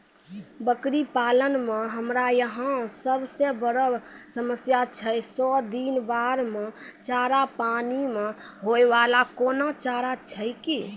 बकरी पालन मे हमरा यहाँ सब से बड़ो समस्या छै सौ दिन बाढ़ मे चारा, पानी मे होय वाला कोनो चारा छै कि?